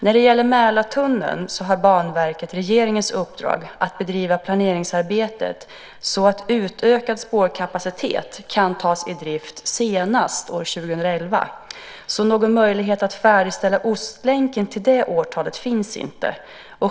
När det gäller Mälartunneln har Banverket regeringens uppdrag att bedriva planeringsarbetet så att utökad spårkapacitet kan tas i drift senast år 2011. Någon möjlighet att färdigställa Ostlänken till det årtalet finns inte.